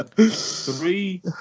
three